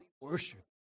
worship